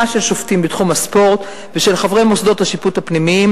של שופטים בתחום הספורט ושל חברי מוסדות השיפוט הפנימיים